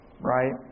right